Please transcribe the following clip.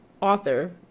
author